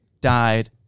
died